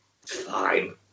fine